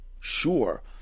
Sure